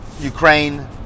Ukraine